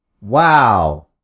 Wow